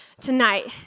tonight